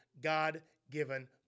God-given